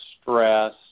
stress